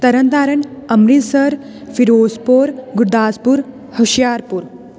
Tarn Taran Amritsar Firozpur Gurdaspur Hoshiarpur